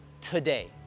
today